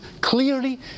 clearly